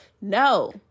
No